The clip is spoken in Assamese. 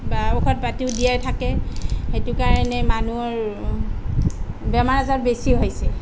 বা ঔষধ পাতিও দিয়েই থাকে সেইটো কাৰণে মানুহৰ বেমাৰ আজাৰ বেছি হৈছে